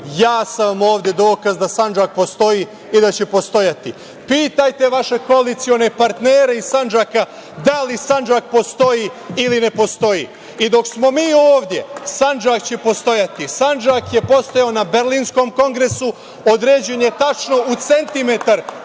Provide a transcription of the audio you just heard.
sam vam ovde dokaz da Sandžak postoji i da će postojati. Pitajte vaše koalicione partnere iz Sandžaka da li Sandžak postoji ili ne postoji. I dok smo mi ovde, Sandžak će postojati. Sandžak je postojao na Berlinskom kongresu, određen je tačno u centimetar